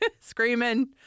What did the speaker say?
Screaming